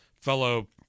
Fellow